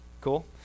Cool